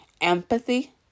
empathy